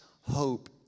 hope